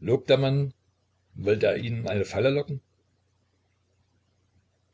der mann wollte er ihn in eine falle locken